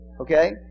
Okay